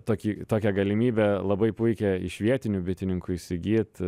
tokį tokią galimybę labai puikią iš vietinių bitininkų įsigyt